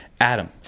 Adam